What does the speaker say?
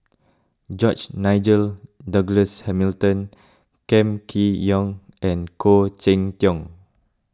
George Nigel Douglas Hamilton Kam Kee Yong and Khoo Cheng Tiong